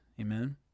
Amen